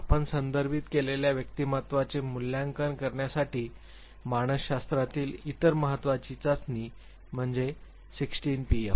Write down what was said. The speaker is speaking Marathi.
आपण संदर्भित केलेल्या व्यक्तिमत्त्वाचे मूल्यांकन करण्यासाठी मानसशास्त्रातील इतर महत्वाची चाचणी म्हणजे 16 पीएफ